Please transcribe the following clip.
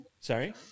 Sorry